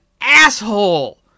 asshole